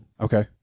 okay